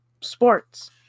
Sports